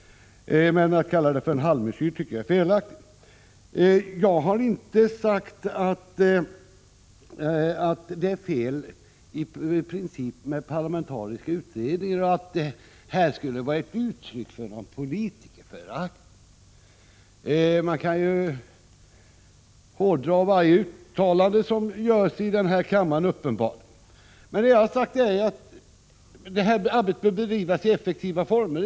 Men att kalla beslutet för en halvmesyr tycker jag, som sagt, är fel. Jag har inte sagt att det i princip är fel att ha parlamentariska utredningar och att det här skulle vara ett uttryck för politikerförakt. Man kan uppenbarligen hårdra varje uttalande som görs i denna kammare. Vad jag däremot har sagt är att detta arbete bör bedrivas i effektiva former.